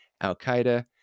Al-Qaeda